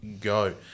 go